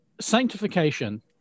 Sanctification